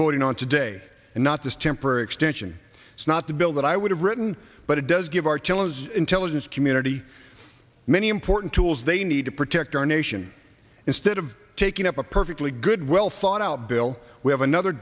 voting on today and not this temporary extension it's not the bill that i would have written but it does give our teles intelligence community many important tools they need to protect our nation instead of taking up a perfectly good well thought out bill we have another